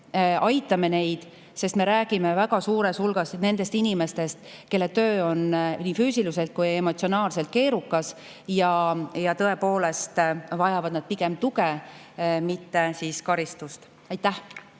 aitame neid. Me ju räägime väga suurel määral nendest inimestest, kelle töö on nii füüsiliselt kui emotsionaalselt keerukas. Nad tõepoolest vajavad pigem tuge, mitte karistust. Rain